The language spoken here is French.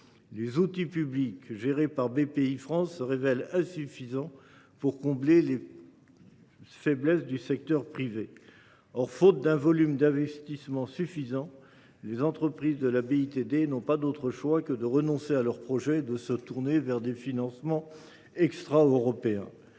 Les outils publics gérés par Bpifrance se révèlent insuffisants pour combler les faiblesses du secteur privé. Or, faute d’un volume d’investissements suffisant, les entreprises de la BITD n’ont pas d’autre choix que de renoncer à leurs projets ou de se tourner vers des financements extraeuropéens.